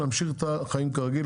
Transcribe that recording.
להמשיך את החיים כרגיל,